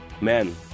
Men